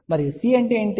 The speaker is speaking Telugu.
మరియు C అంటే ఏమిటి